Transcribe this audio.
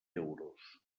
euros